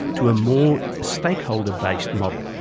to a more stakeholder-based model.